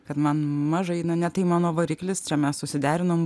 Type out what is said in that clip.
kad man mažai na ne tai mano variklis čia mes susiderinom